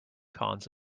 cons